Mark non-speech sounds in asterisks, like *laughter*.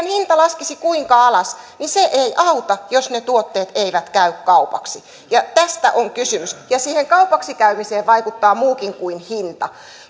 *unintelligible* hintamme laskisi kuinka alas niin se ei auta jos ne tuotteet eivät käy kaupaksi tästä on kysymys ja siihen kaupaksi käymiseen vaikuttaa muukin kuin hinta